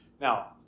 now